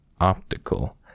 optical